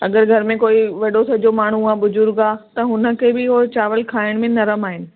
अगरि घर में कोई वॾो सॼो माण्हू आहे बुज़ुर्ग आहे त हुन खे बि उहो चावर खाइण में नरम आहिनि